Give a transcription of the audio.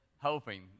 hoping